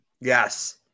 Yes